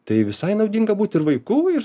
tai visai naudinga būt ir vaiku ir